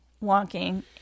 walking